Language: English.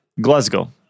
Glasgow